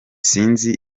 sinzi